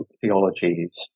theologies